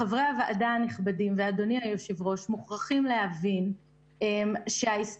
חברי הוועדה הנכבדים ואדוני היושב-ראש מוכרחים להבין שההסתמכות